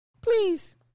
please